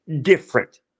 different